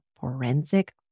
forensic